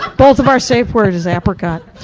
both of our safe word is apricot.